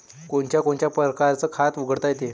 कोनच्या कोनच्या परकारं खात उघडता येते?